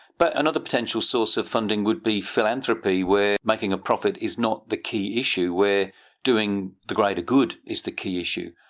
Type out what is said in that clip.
but another potential source of funding would be philanthropy where making a profit is not the key issue, where doing the greater good is the key issue.